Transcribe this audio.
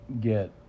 get